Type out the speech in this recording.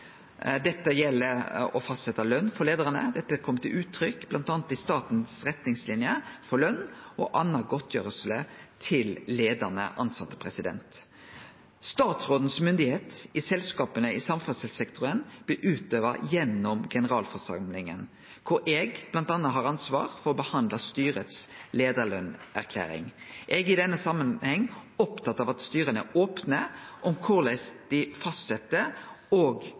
gjeld fastsetjing av løn for leiarane og er kome til uttrykk bl.a. i statens retningslinjer for løn og anna godtgjersle til leiande tilsette. Statsråden si myndigheit i selskapa i samferdselssektoren blir utøvd gjennom generalforsamlinga, der eg bl.a. har ansvar for å behandle styret si leiarlønserklæring. Eg er i denne samanhengen oppteken av at styra er opne om korleis fastsetjing og